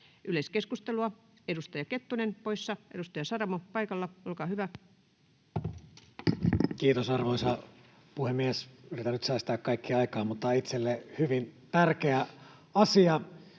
Yleiskeskustelua, edustaja Kettunen poissa. Edustaja Saramo paikalla, olkaa hyvä. Kiitos, arvoisa puhemies! Yritän nyt säästää kaikkien aikaa, mutta tämä on itselle hyvin tärkeä asia.